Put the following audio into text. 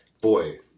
boy